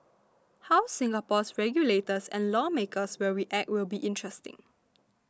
how Singapore's regulators and lawmakers will react will be interesting